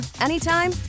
anytime